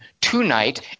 tonight